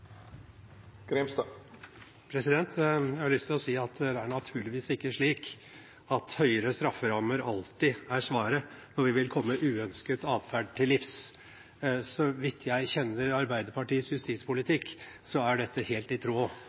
Det er naturligvis ikke slik at høyere strafferammer alltid er svaret når vi vil komme uønsket atferd til livs. Så vidt jeg kjenner Arbeiderpartiets justispolitikk, er dette helt i tråd